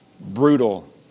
brutal